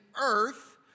earth